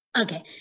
Okay